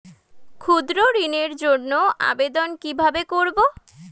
ক্ষুদ্র ঋণের জন্য আবেদন কিভাবে করব?